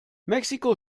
mexiko